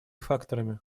факторами